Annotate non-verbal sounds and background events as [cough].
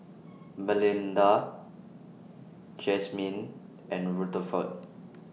[noise] Malinda Jazmyne and Rutherford